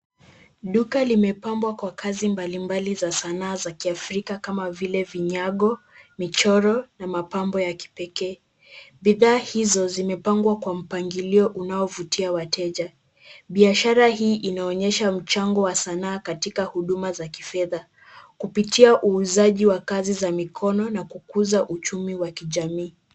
Duka limepambwa kwa kazi mbalimbali za sanaa za kiafrika, kama vile vinyago, michoro na mapambo ya kipekee. Bidhaa hizo zimepangwa kwa mpangilio unaovutia wateja. Biashara hii inaonyesha mchango wa sanaa katika huduma za kifedha, kupitia uuzaji wa kazi za mikono na kukuza uchumi wa kijamii.